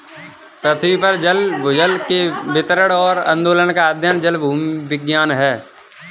पृथ्वी पर जल भूजल के वितरण और आंदोलन का अध्ययन जलभूविज्ञान है